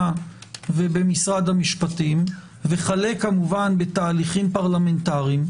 ובמשרד המשפטים וכלה בתהליכים פרלמנטריים,